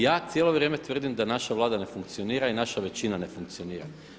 Ja cijelo vrijeme tvrdim da naša Vlada ne funkcionira i naša većina ne funkcionira.